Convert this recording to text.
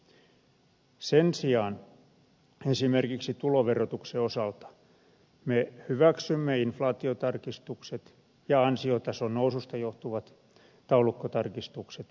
sen sijaan esimerkiksi tuloverotuksen osalta me hyväksymme inflaatiotarkistukset ja ansiotason noususta johtuvat taulukkotarkistukset